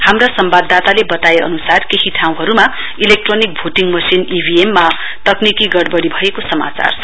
हाम्रा सम्वाददाताले बताए अनुसार केही ठाँउहरूमा इलेक्ट्रोनिक भोटिङ मशिन इभीएममा तकनिकी गड़बड़ी भएको समाचार छ